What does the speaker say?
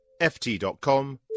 ft.com